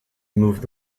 moved